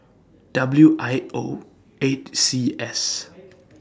W I O eight C S